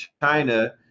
china